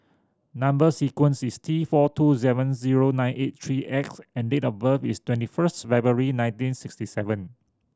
number sequence is T four two seven zero nine eight three X and date of birth is twenty first February nineteen sixty seven